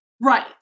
Right